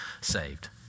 saved